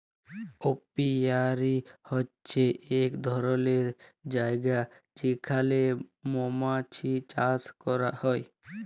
apiary হছে ইক ধরলের জায়গা যেখালে মমাছি চাষ ক্যরা হ্যয়